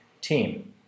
team